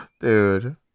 dude